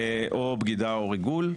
או בגידה או ריגול.